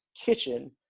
kitchen